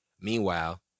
Meanwhile